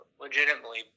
legitimately